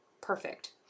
perfect